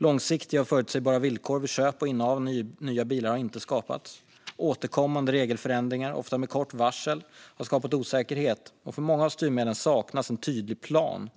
Långsiktiga och förutsägbara villkor för köp och innehav av nya bilar har inte skapats. Återkommande regelförändringar, ofta med kort varsel, har skapat osäkerhet. För många av styrmedlen saknas en tydlig plan